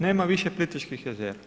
Nema više Plitvičkih jezera.